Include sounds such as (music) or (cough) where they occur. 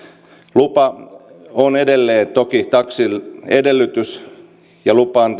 lupa on edelleen toki taksille edellytys ja lupa on (unintelligible)